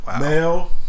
Male